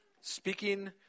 speaking